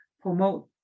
promote